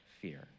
fear